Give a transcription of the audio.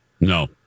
no